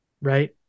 right